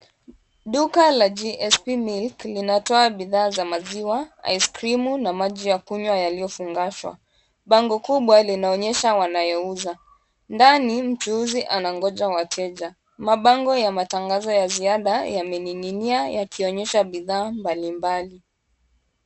Duka la GSP Milk , linatoa bidhaa za maziwa, aiskrimu na maji ya kunywa yaliyofungashwa, bango kubwa linaonyesha wanayouza, ndani mchuuzi anangoja wateja, mabango ya matangazo ya ziada yamening'inia yakionyesha bidhaa mbalimbali.